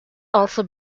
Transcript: also